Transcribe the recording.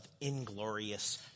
inglorious